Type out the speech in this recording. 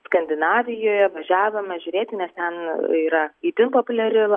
skandinavijoje važiavome žiūrėti nes ten yra itin populiari